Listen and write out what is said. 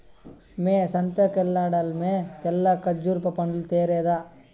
మ్మే సంతకెల్తండావేమో తెల్ల కర్బూజా పండ్లు తేరాదా